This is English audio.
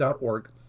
.org